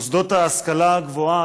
מוסדות ההשכלה הגבוהה,